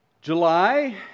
July